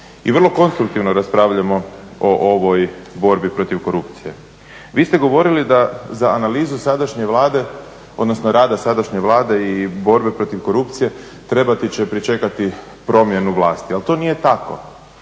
i vrlo konstruktivno raspravljamo o ovoj borbi protiv korupcije. Vi ste govorili da za analizu sadašnje Vlade, odnosno rada sadašnje Vlade i borbe protiv korupcije trebati će pričekati promjenu vlasti ali to nije tako.